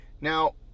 now